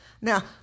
Now